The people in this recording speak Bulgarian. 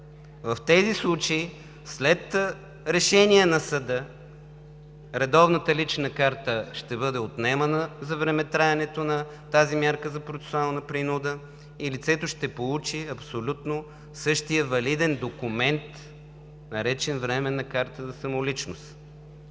в тези случаи след решение на съда редовната лична карта ще бъде отнемана за времетраенето на тази мярка за процесуална принуда и лицето ще получи абсолютно същия валиден документ, наречен „временна карта за самоличност“.